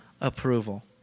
approval